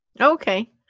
okay